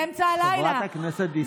באמצע הלילה: גלית,